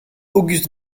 auguste